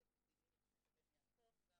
ונמצאת איתי איריס מנדה בן-יעקב,